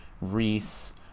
Reese